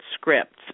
scripts